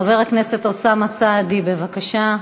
חבר הכנסת אוסאמה סעדי, בבקשה,